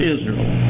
Israel